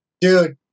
Dude